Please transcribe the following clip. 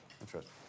Interesting